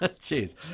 Cheers